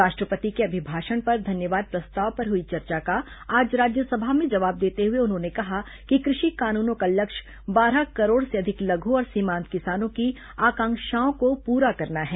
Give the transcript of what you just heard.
राष्ट्रपति के अभिभाषण पर धन्यवाद प्रस्ताव पर हुई चर्चा का आज राज्यसभा में जवाब देते हुए उन्होंने कहा कि कृषि कानूनों का लक्ष्य बारह करोड़ से अधिक लघु और सीमांत किसानों की आकांक्षाओं को पूरा करना है